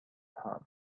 heart